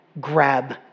grab